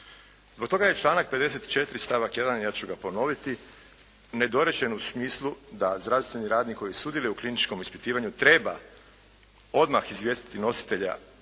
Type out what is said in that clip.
Zbog toga je članak 54. stavak 1. ja ću ga ponoviti nedorečen u smislu da zdravstveni radnik koji sudjeluje u kliničkom ispitivanju treba odmah izvijestiti nositelja